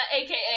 aka